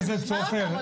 בואו נשמע אותם.